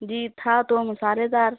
جی تھا تو مصالحہ دار